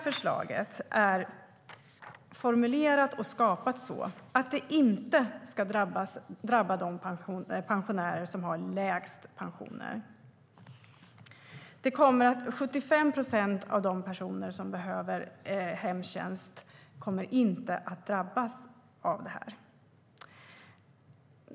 Förslaget är formulerat och skapat så att det inte ska drabba de pensionärer som har lägst pensioner. 75 procent av de personer som behöver hemtjänst kommer inte att drabbas.